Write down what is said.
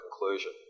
conclusion